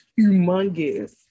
humongous